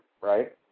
right